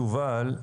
יובל,